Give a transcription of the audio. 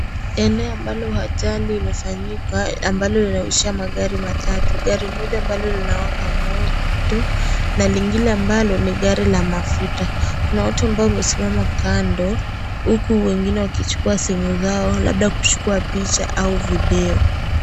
Eneo ambalo ajari imefanyika ambalo linahusisha magari matatu. Gari moja bado linawaka moto na lingine ambalo ni gari la mafuta. Kuna watu ambao wamesimama kando huku wengine wakichukua simu zao labda kuchukua picha au video.